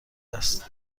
است